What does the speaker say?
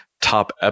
top